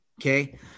okay